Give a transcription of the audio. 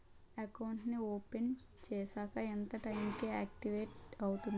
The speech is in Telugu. అకౌంట్ నీ ఓపెన్ చేశాక ఎంత టైం కి ఆక్టివేట్ అవుతుంది?